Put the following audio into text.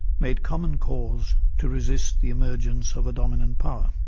made common cause to resist the emergence of a dominant power.